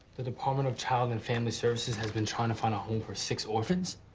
the department of child and family services has been trying to find a home for six orphans?